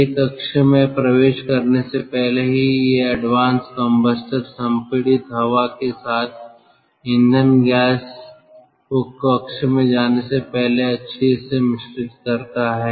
ये कक्ष में प्रवेश करने से पहले ही ये एडवांस कमबस्टर संपीड़ित हवा के साथ ईंधन गैस को कक्ष में जाने से पहले अच्छे से मिश्रित करते हैं